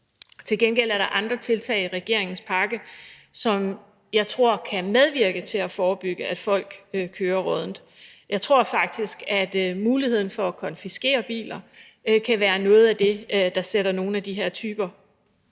Til gengæld er der andre tiltag i regeringens pakke, som jeg tror kan medvirke til at forebygge, at folk kører råddent. Jeg tror faktisk, at muligheden for at konfiskere biler kan være noget af det, der sætter nogle af de her typer